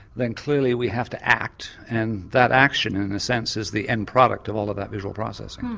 then clearly we have to act, and that action in a sense is the end product of all of that visual processing.